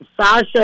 Sasha